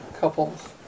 couples